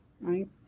Right